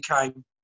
came